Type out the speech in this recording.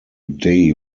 day